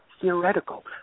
theoretical